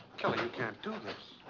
you can't do this.